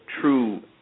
true